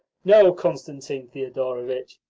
no, constantine thedorovitch,